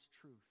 truth